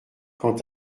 quant